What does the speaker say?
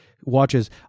watches